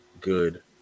good